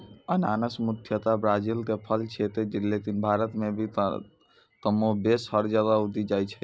अनानस मुख्यतया ब्राजील के फल छेकै लेकिन भारत मॅ भी कमोबेश हर जगह उगी जाय छै